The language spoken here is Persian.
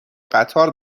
قطار